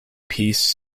peace